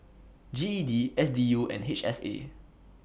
G E D S D U and H S A